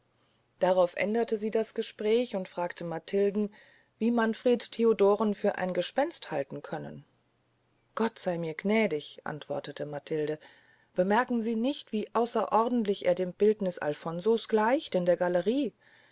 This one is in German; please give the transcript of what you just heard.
darauf änderte sie das gespräch und fragte matilden wie manfred theodoren für ein gespenst halten können gott sey mir gnädig antwortete matilde bemerkten sie nicht wie außerordentlich er dem bildniß alfonso's gleicht in der gallerie